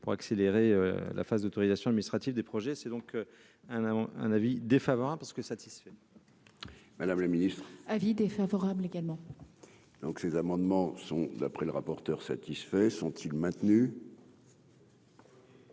pour accélérer la phase d'autorisation administrative des projets, c'est donc un un, un avis défavorable, parce que ça. Madame le Ministre : avis défavorable également. Donc ces amendements sont, d'après le rapporteur satisfaits sont-ils maintenus.